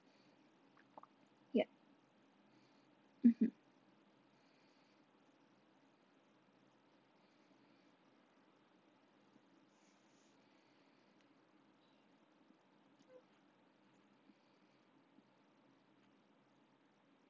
yup mmhmm